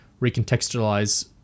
recontextualize